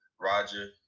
Roger